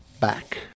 back